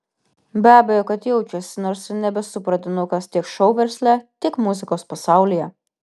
be abejo kad jaučiasi nors ir nebesu pradinukas tiek šou versle tiek muzikos pasaulyje